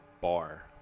bar